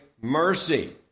mercy